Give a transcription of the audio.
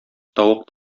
тавык